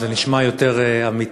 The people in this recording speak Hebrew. זה נשמע יותר אמיתי.